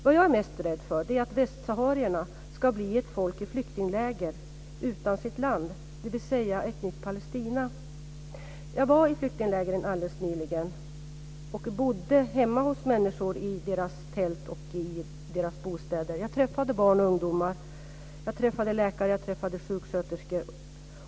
Vad jag är mest rädd för är att västsaharierna ska bli ett folk i flyktingläger utan sitt land, dvs. ett nytt Palestina. Jag var nyligen i flyktinglägren och bodde hemma hos människor i deras tält och andra bostäder. Jag träffade barn och ungdomar, jag träffade läkare, och jag träffade sjuksköterskor.